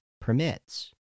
permits